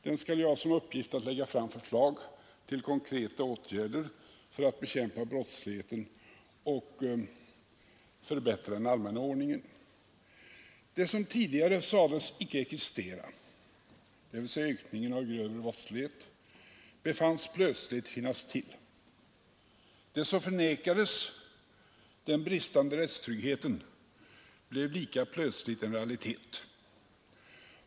Den skall ju såsom uppgift ha att lägga fram förslag till konkreta åtgärder för att bekämpa brottsligheten och förbättra den allmänna ordningen. Det som tidigare sades icke existera — dvs. ökningen av grövre brottslighet — befanns plötsligt finnas till. Det som förnekades — den bristande rättstryggheten — blev lika plötsligt en realitet.